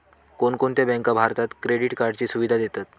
कोणकोणत्या बँका भारतात क्रेडिट कार्डची सुविधा देतात?